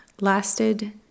lasted